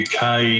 UK